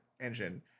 engine